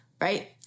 right